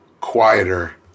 quieter